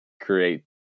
create